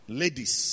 ladies